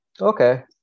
Okay